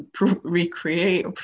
recreate